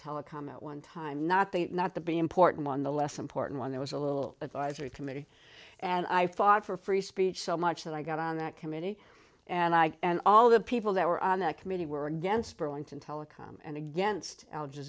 telecom at one time not the not the be important on the less important one there was a little advisory committee and i fought for free speech so much that i got on that committee and i and all the people that were on that committee were against burlington telecom and against al